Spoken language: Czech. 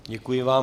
Děkuji vám.